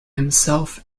himself